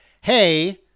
Hey